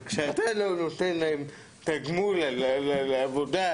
וכשאתה לא נותן להם תגמול על העבודה,